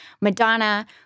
Madonna